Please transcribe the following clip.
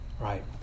right